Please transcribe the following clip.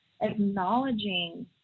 acknowledging